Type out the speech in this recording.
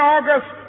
August